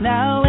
Now